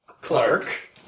Clark